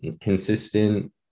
consistent